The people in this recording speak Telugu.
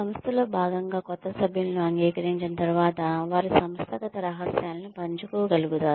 సంస్థలో భాగంగా కొత్త సభ్యులను అంగీకరించిన తరువాత వారు సంస్థాగత రహస్యాలను పంచుకోగలుగుతారు